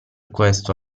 questo